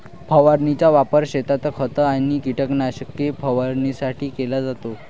फवारणीचा वापर शेतात खत आणि कीटकनाशके फवारणीसाठी केला जातो